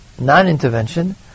non-intervention